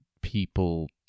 people